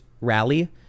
rally